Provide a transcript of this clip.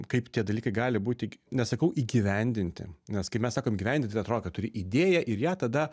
kaip tie dalykai gali būti nesakau įgyvendinti nes kai mes sakom įgyventi atrodo kad turi idėją ir ją tada